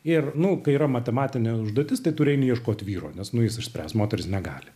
ir nu kai yra matematinė užduotis tai turime ieškoti vyro nes jis išspręs moteris negali